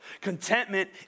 contentment